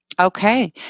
Okay